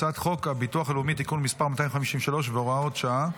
הצעת חוק הביטוח הלאומי (תיקון מס' 253 והוראות שעה),